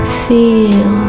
feel